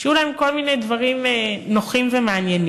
שיהיו להם כל מיני דברים נוחים ומעניינים,